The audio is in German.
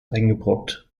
eingebrockt